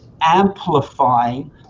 amplifying